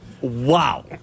Wow